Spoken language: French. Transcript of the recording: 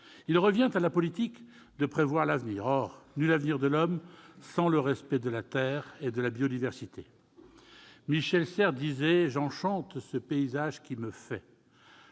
Il revient à la politique de prévoir l'avenir. Or il n'y a nul avenir de l'homme sans respect de la terre et de la biodiversité. Michel Serres disait :« J'enchante ce paysage qui me fait.